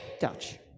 Dutch